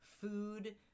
food